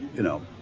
you know,